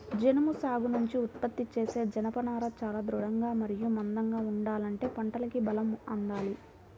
జనుము సాగు నుంచి ఉత్పత్తి చేసే జనపనార చాలా దృఢంగా మరియు మందంగా ఉండాలంటే పంటకి బలం అందాలి